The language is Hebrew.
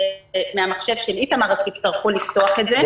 זה מהמחשב של איתמר אז תצטרכו לפתוח את זה.